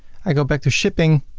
i go back to shipping